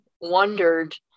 wondered